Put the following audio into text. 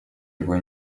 его